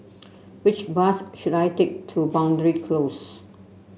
which bus should I take to Boundary Close